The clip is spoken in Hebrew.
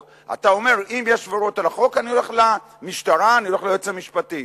אני הולך ליועץ המשפטי.